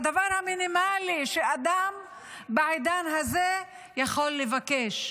הדבר המינימלי שאדם בעידן הזה יכול לבקש.